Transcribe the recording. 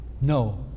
No